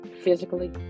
physically